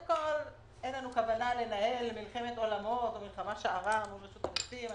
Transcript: כל אין לנו כוונה לנהל מלחמת עולמות או מלחמה שערה מול רשות המיסים.